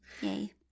yay